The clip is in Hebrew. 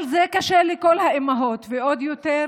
קשה לכל האימהות, ועוד יותר